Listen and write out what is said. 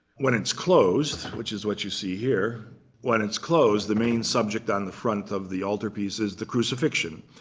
when it's closed, which is what you see here when it's closed, the main subject on the front of the altarpiece is the crucifixion.